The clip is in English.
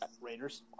Raiders